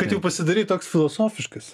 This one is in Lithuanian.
kad jau pasidarei toks filosofiškas